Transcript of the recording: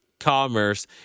Commerce